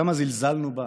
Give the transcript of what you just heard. כמה זלזלנו בה,